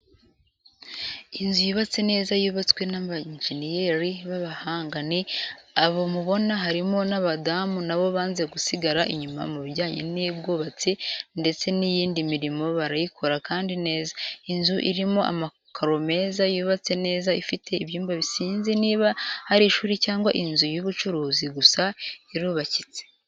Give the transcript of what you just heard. Inzu yubatse neza yubatswe na bayenjeniyeri b'abahanga, ni aba mubona harimo n'abadamu na bo banze gusigara inyuma mu bijyanye n'ubwubatsi ndetse n'iyindi mirimo barayikora kandi neza. Inzu irimo amakaro meza yubatse neza, ifite ibyumba sinzi niba ari ishuri cyangwa inzu y'ubucuruzi gusa irubakitse.